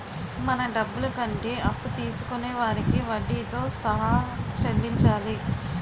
మన డబ్బులు కంటే అప్పు తీసుకొనే వారికి వడ్డీతో సహా చెల్లించాలి